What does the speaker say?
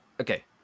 okay